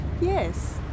Yes